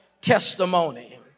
testimony